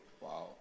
Wow